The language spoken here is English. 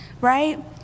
right